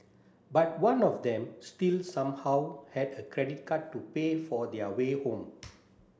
but one of them still somehow had a credit card to pay for their way home